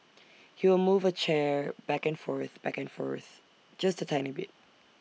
he will move A chair back and forth back and forth just A tiny bit